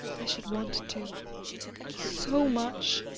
i should want to so much!